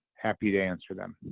happy to answer them.